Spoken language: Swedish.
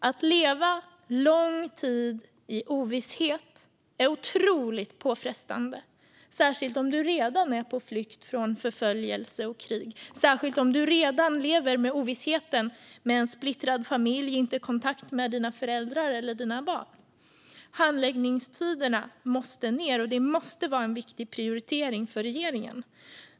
Att leva så lång tid i ovisshet är otroligt påfrestande, särskilt om man redan är på flykt från förföljelse och krig och särskilt om man redan lever med ovissheten med en splittrad familj och utan kontakt med sina föräldrar eller barn. Handläggningstiderna måste kortas, och detta måste vara en viktig prioritering för regeringen.